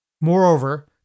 Moreover